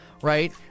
right